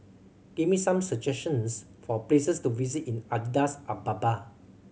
give me some suggestions for places to visit in Addis Ababa